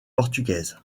portugaises